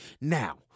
Now